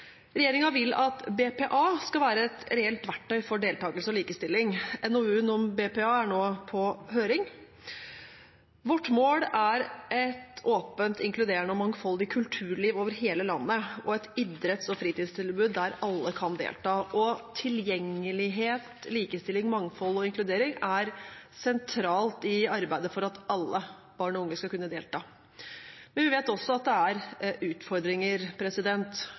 vil at BPA skal være et reelt verktøy for deltakelse og likestilling. NOU-en om BPA er nå på høring. Vårt mål er et åpent, inkluderende og mangfoldig kulturliv over hele landet, og et idretts- og fritidstilbud der alle kan delta. Tilgjengelighet, likestilling, mangfold og inkludering er sentralt i arbeidet for at alle barn og unge skal kunne delta. Men vi vet også at det er utfordringer.